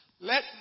let